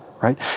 right